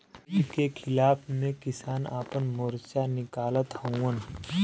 bill के खिलाफ़ में किसान आपन मोर्चा निकालत हउवन